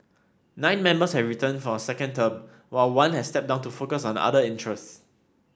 nine members have returned for a second term while one has stepped down to focus on other interests